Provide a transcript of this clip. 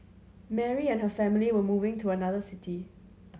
Mary and her family were moving to another city